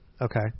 Okay